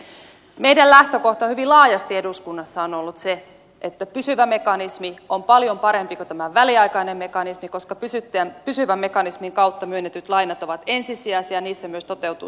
meidän lähtökohtamme hyvin laajasti eduskunnassa on ollut se että pysyvä mekanismi on paljon parempi kuin tämä väliaikainen koska pysyvän mekanismin kautta myönnetyt lainat ovat ensisijaisia ja niissä myös toteutuu sijoittajavastuu